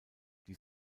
die